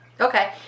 Okay